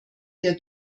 der